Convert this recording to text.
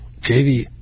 JV